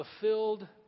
fulfilled